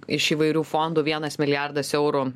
iš įvairių fondų vienas milijardas eurų